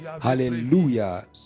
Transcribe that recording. Hallelujah